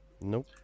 Nope